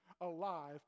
alive